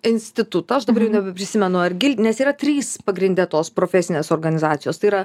institutą aš dabar jau nebeprisimenu ar nes yra trys pagrinde tos profesinės organizacijos tai yra